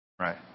right